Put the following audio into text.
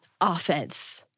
offense